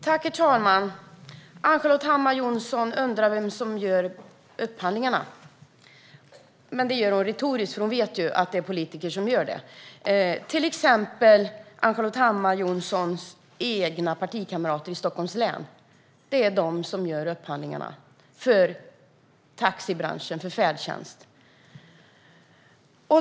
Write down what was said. Herr talman! Ann-Charlotte Hammar Johnsson undrar vem som gör upphandlingarna. Men det är en retorisk fråga, för hon vet ju att det är politiker som gör det - till exempel Ann-Charlotte Hammar Johnssons egna partikamrater i Stockholms län. Det är de som gör upphandlingarna för taxibranschen, för färdtjänst.